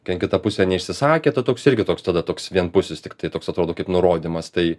ten kita pusė neišsisakė ta toks irgi toks tada toks vienpusis tiktai toks atrodo kaip nurodymas tai